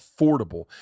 affordable